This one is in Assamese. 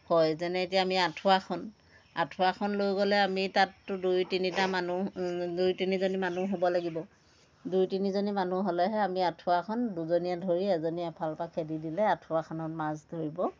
হয় যেনে এতিয়া আমি আঁঠুৱাখন আঁঠুৱাখন লৈ গ'লে আমি তাততো দুই তিনিটা মানুহ দুই তিনিজনী মানুহ হ'ব লাগিব দুই তিনিজনী মানুহ হ'লেহে আমি আঁঠুৱাখন দুজনীয়ে ধৰি এজনীয়ে এফালৰ পৰা খেদি দিলে আঁঠুৱাখনত মাছ ধৰিব